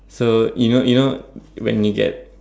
so you know you know when you get